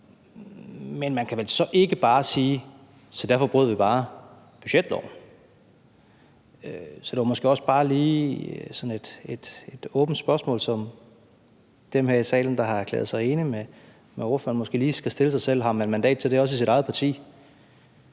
men man kan vel så ikke bare sige, at vi derfor bare skal bryde budgetloven. Så det var måske også bare lige for at komme med sådan et åbent spørgsmål, som dem her i salen, der har erklæret sig enige med ordføreren, måske lige skal stille sig selv: Har man også mandat til det i sit eget parti,